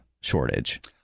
shortage